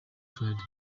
friday